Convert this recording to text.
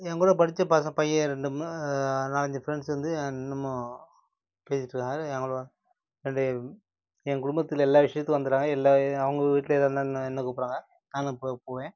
என் கூட படித்த பச பையன் ரெண்டு மூணு நாலஞ்சு ஃப்ரெண்ட்ஸ் வந்து இன்னுமும் பேசிட்டுருக்காங்க என் கூட ஃப்ரெண்டு என் குடும்பத்தில் எல்லா விஷயத்துக்கும் வந்துடுறாங்க எல்லா அவங்க வீட்டில் எதாக இருந்தாலும் என்னை என்னை கூப்பிடுறாங்க நானும் போ போவேன்